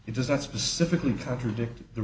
does not specifically contradict the